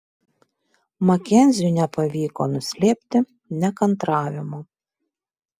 makenziui nepavyko nuslėpti nekantravimo